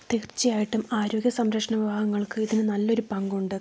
തീർച്ചയായിട്ടും ആരോഗ്യ സംരക്ഷണ വിഭാഗങ്ങൾക്ക് ഇതിന് നല്ലൊരു പങ്കുണ്ട്